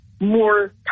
more